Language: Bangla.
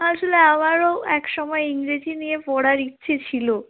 আসলে আমারও একসময় ইংরেজি নিয়ে পড়ার ইচ্ছে ছিলো